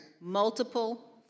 multiple